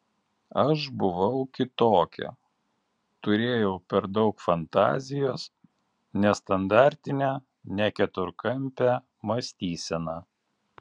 aš buvau kitokia turėjau per daug fantazijos nestandartinę ne keturkampę mąstyseną